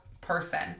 person